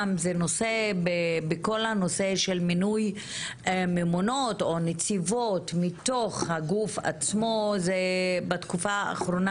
בנושא מינוי ממונות או נציבות מתוך הגוף עצמו בתקופה האחרונה